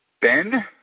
Ben